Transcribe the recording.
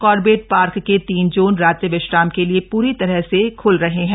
Corbett park के तीन zone रात्रि विश्राम के लिये पूरी तरह से ख्ल रहे हैं